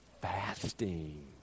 fasting